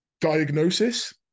diagnosis